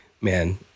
man